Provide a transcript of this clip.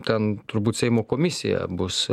ten turbūt seimo komisija bus